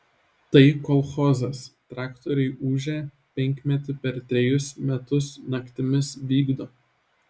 tai kolchozas traktoriai ūžia penkmetį per trejus metus naktimis vykdo